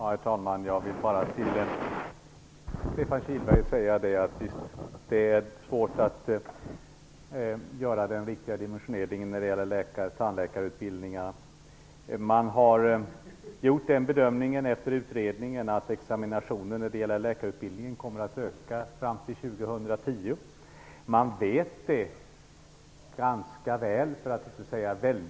Herr talman! Jag vill till Stefan Kihlberg säga att det är svårt att göra en riktig dimensionering när det gäller läkar och tandläkarutbildningarna. Man har efter utredningen gjort den bedömningen att examinationen vid läkarutbildningen kommer att öka fram till 2010. Det vet man ganska väl, för att inte säga mycket väl.